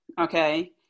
okay